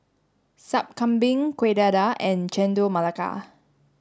Sup Kambing Kueh Dadar and Chendol Melaka